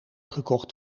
gekocht